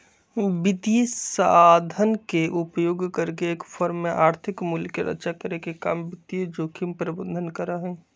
वित्तीय साधन के उपयोग करके एक फर्म में आर्थिक मूल्य के रक्षा करे के काम वित्तीय जोखिम प्रबंधन करा हई